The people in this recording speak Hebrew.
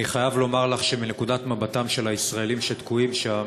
אני חייב לומר לך שמנקודת מבטם של הישראלים שתקועים שם